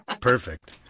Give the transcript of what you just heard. Perfect